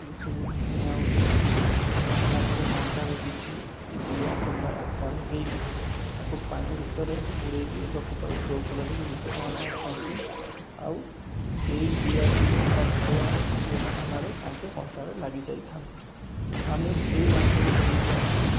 ଏସବୁ ନିଆ ହେଉଛି ନିଆ ହେଲା ପରେ କଣ୍ଟାରେ କିଛି ଜିଆ କିମ୍ବା ଅଟା ଲଗାଇକି ତାକୁ ପାଣି ଭିତରେ ବୁଡ଼ାଇକି ରଖିଥାଉ ଯେଉଁଫଳରେ କି ମାଛ ମାନେ ଆସନ୍ତି ଆଉ ସେଇ ଜିଆ କି ଅଟା ଖାଇବା ବାହାନାରେ ତାଙ୍କେ କଣ୍ଟାରେ ଲାଗିଯାଇଥାନ୍ତି ଆମେ ସେଇ ମାଛକୁ ଧରିକି ଆସି